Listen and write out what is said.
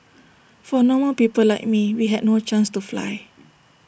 for normal people like me we had no chance to fly